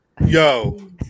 Yo